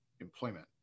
employment